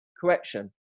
correction